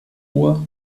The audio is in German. ruhr